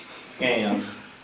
scams